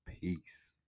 peace